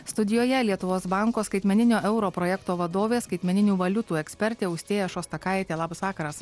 studijoje lietuvos banko skaitmeninio euro projekto vadovė skaitmeninių valiutų ekspertė austėja šostakaitė labas vakaras